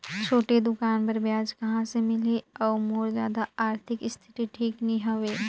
छोटे दुकान बर ब्याज कहा से मिल ही और मोर जादा आरथिक स्थिति ठीक नी हवे?